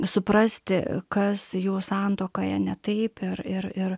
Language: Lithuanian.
suprasti kas jų santuokoje ne taip ir ir ir